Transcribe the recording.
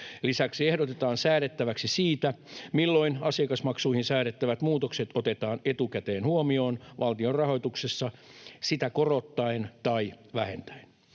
Lisäksi ehdotetaan säädettäväksi siitä, milloin asiakasmaksuihin säädettävät muutokset otetaan etukäteen huomioon valtionrahoituksessa sitä korottaen tai vähentäen.